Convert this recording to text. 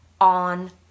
on